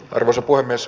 arvoisa puhemies